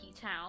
town